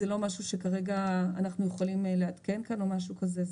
זה לא משהו שכרגע אנחנו יכולים לעדכן כאן או משהו כזה.